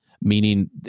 Meaning